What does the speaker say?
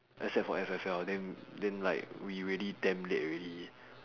except for F_F_L then then like we already damn late ready